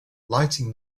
lighting